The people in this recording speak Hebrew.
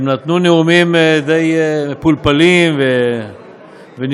נתנו נאומים די מפולפלים ונשמעים,